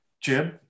Jim